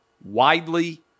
widely